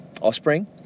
Offspring